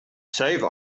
save